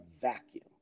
vacuum